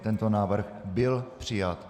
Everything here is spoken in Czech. Tento návrh byl přijat.